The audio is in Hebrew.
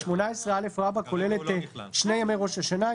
18א כולל את שני ימי ראש השנה,